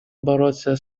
бороться